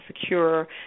secure